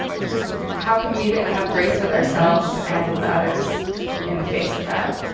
and just how can we have grace with ourselves and with others in the face of that?